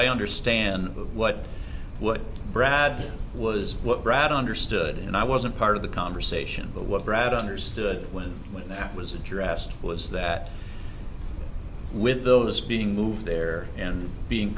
i understand what would brad was what brad understood and i wasn't part of the conversation but what brad understood when that was addressed was that with those being moved there and being